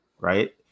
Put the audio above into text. right